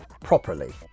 properly